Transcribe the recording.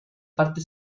parte